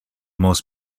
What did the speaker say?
most